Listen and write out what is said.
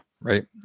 right